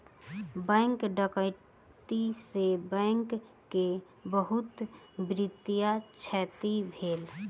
bank डकैती से bank के बहुत वित्तीय क्षति भेल